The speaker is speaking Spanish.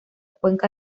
cuenca